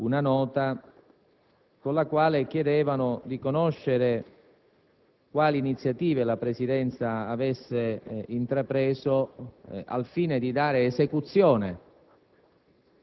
una nota con la quale chiedevano di conoscere quali iniziative la Presidenza avesse intrapreso al fine di dare esecuzione